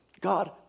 God